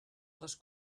les